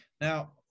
Now